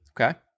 Okay